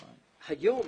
היום,